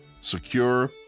secure